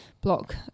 block